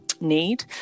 need